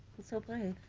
and so brave.